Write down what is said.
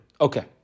Okay